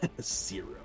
Zero